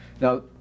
Now